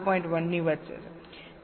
1 ની વચ્ચે છે